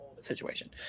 situation